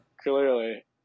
clearly